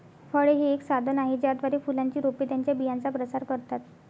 फळे हे एक साधन आहे ज्याद्वारे फुलांची रोपे त्यांच्या बियांचा प्रसार करतात